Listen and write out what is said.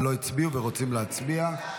לא הצביעו ורוצים להצביע?